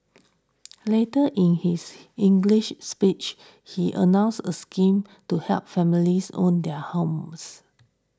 later in his English speech he announced a scheme to help families own their homes